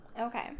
Okay